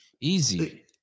easy